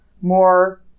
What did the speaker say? More